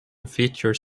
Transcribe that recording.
features